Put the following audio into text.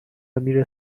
میره